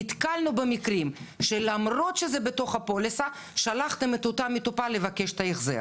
נתקלנו במקרים שלמרות שזה בתוך הפוליסה שלחתם את המטופל לבקש את ההחזר.